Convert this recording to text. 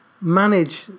manage